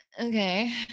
Okay